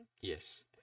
yes